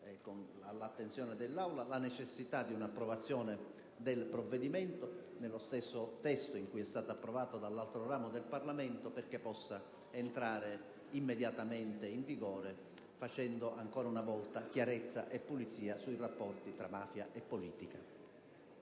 all'attenzione dell'Aula la necessità dell'approvazione del provvedimento nello stesso testo in cui è stato approvato dell'altro ramo del Parlamento, perché possa entrare immediatamente in vigore facendo, ancora una volta, chiarezza e pulizia sui rapporti tra mafia e politica.